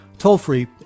toll-free